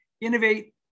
innovate